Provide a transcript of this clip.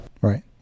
Right